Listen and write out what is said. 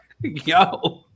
Yo